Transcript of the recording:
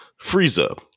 Frieza